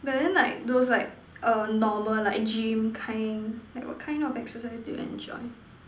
but then like those like err normal like gym kind like what kind of exercise do you enjoy